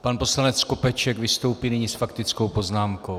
Pan poslanec Skopeček vystoupí nyní s faktickou poznámkou.